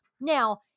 Now